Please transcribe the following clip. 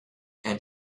and